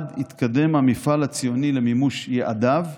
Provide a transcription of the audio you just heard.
בלבד יתקדם המפעל הציוני למימוש יעדיו,